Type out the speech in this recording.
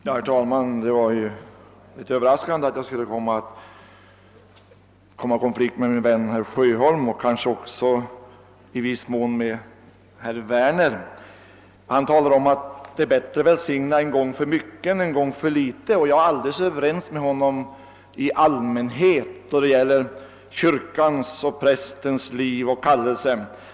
Herr talman! Det var litet överraskande att jag skulle komma i konflikt med min vän herr Sjöholm och i viss mån även med herr Werner. Herr Werner säger att det är bättre att välsigna en gång för mycket än en gång för litet. Jag är alldeles överens med honom härom då det gäller kyrkans liv och prästens kallelse i allmänhet.